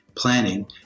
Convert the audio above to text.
planning